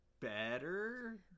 Better